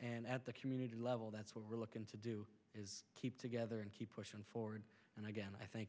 and at the community level that's what we're looking to do is keep together and keep pushing forward and again i thank